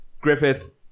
Griffith